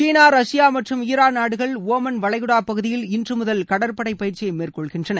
சீனா Russia மற்றும் Iran நாடுகள் Oman வளைகுடா பகுதியில் இன்றுமுதல் கடற்படை பயிற்சியை மேற்கொள்கின்றன